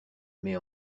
mais